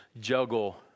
Juggle